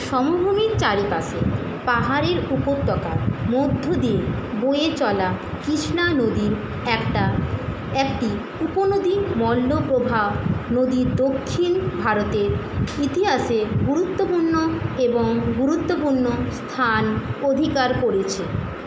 সমভূমির চারিপাশে পাহাড়ের উপত্যকা মধ্য দিয়ে বয়ে চলা কৃষ্ণা নদীর একটা একটি উপনদী মর্মপ্রভা নদীর দক্ষিণ ভারতের ইতিহাসে গুরুত্বপূর্ণ এবং গুরুত্বপূর্ণ স্থান অধিকার করেছে